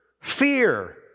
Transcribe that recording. fear